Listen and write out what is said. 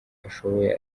ashoboye